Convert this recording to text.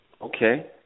Okay